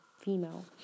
female